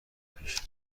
پیش